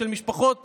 של משפחות